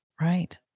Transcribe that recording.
Right